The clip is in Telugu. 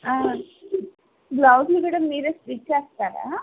బ్లౌజులు కూడా మీరే స్టిచ్ చేస్తారా